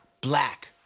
black